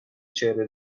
چهره